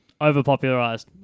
Overpopularized